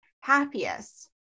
happiest